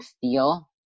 feel